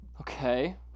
Okay